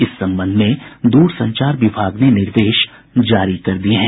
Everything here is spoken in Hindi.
इस संबंध में दूरसंचार विभाग ने निर्देश जारी कर दिये हैं